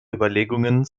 überlegungen